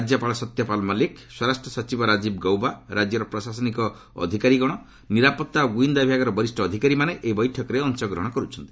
ରାଜ୍ୟପାଳ ସତ୍ୟପାଲ୍ ମଲ୍ଲିକ୍ ସ୍ୱରାଷ୍ଟ୍ର ସଚିବ ରାଜୀବ ଗୌବା ରାଜ୍ୟର ପ୍ରଶାସିନକ ଅଧିକାରୀଗଣ ନିରାପତ୍ତା ଓ ଗ୍ରଇନ୍ଦା ବିଭାଗର ବରିଷ୍ଣ ଅଧିକାରୀମାନେ ଏହି ବୈଠକରେ ଅଂଶଗ୍ରହଣ କରୁଛନ୍ତି